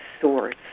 source